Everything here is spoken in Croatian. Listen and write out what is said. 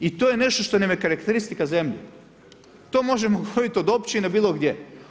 I to je nešto što nam je karakteristika zemlje, to možemo govoriti od općine, bilo gdje.